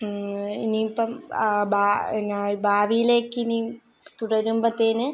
ഇനി ഇപ്പം ആ ഭാവിയിലേക്കിനി തുടരുമ്പത്തേന്